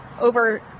over